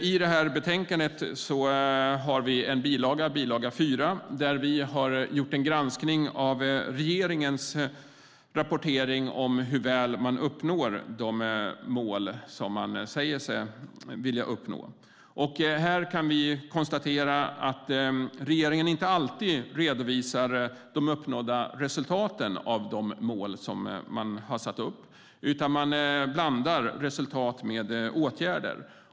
I betänkandet har vi en bilaga - bil. 4 - där vi har gjort en granskning av regeringens rapportering om hur väl man uppnår de mål man säger sig vilja nå. Vi kan konstatera att regeringen inte alltid redovisar de uppnådda resultaten för de mål som man har satt upp, utan man blandar resultat med åtgärder.